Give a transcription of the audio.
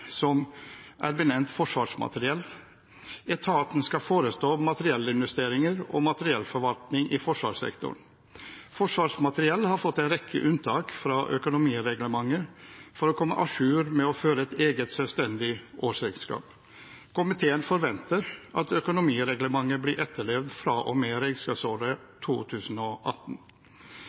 Forsvarsmateriell. Etaten skal forestå materiellinvesteringer og materiellforvaltning i forsvarssektoren. Forsvarsmateriell har fått en rekke unntak fra økonomireglementet for å komme à jour med å føre et eget, selvstendig årsregnskap. Komiteen forventer at økonomireglementet blir etterlevd